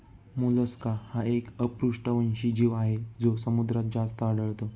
Mollusca हा एक अपृष्ठवंशी जीव आहे जो समुद्रात जास्त आढळतो